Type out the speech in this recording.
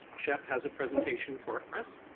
shep has a presentation for us,